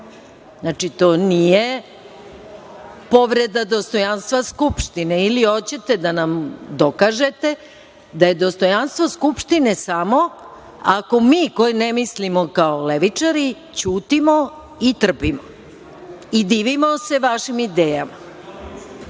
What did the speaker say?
Znači, to nije povreda dostojanstva Skupštine. Ili hoćete da nam dokažete da je dostojanstvo Skupštine samo ako mi, koji ne mislimo kao levičari, ćutimo i trpimo i divimo se vašim idejama. Ja